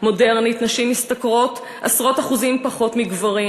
מודרנית נשים משתכרות עשרות אחוזים פחות מגברים,